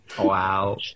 Wow